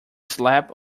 slap